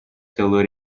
целый